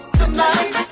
tonight